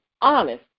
honest